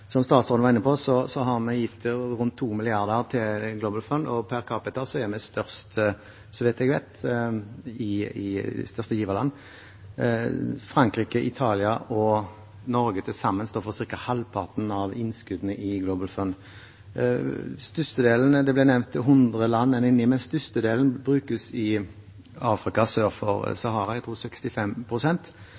Som statsråden var inne på, har vi gitt rundt 2 mrd. kr til The Global Fund, og per capita er vi det største giverlandet, så vidt jeg vet. Frankrike, Italia og Norge står for til sammen ca. halvparten av innskuddene i The Global Fund. Det ble nevnt at en er inne i 100 land, men størstedelen brukes i Afrika sør for Sahara – jeg tror